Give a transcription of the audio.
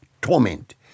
torment